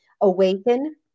awaken